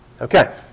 Okay